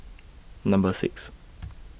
Number six